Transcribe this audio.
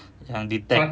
macam detect